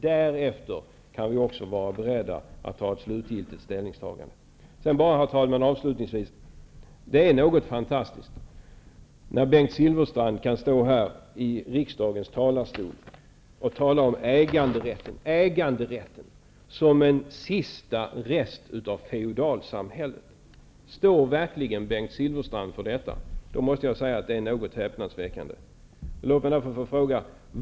Därefter är vi beredda att göra ett slutgiltigt ställningstagande. Avslutningsvis vill jag bara säga att det är fantastiskt att Bengt Silfverstrand kan stå i riksdagens talarstol och tala om äganderätten som en sista rest av feodalsamhället. Står Bengt Silfverstrand verkligen för detta? I så fall är det något häpnadsväckande.